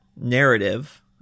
narrative